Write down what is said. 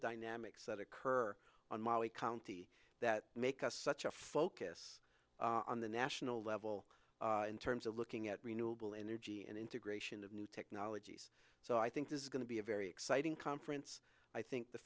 dynamics that occur on molly county that make us such a focus on the national level in terms of looking at renewable energy and integration of new technologies so i think this is going to be a very exciting conference i think the